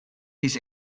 his